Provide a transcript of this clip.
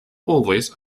always